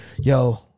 yo